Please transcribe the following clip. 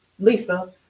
Lisa